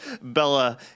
Bella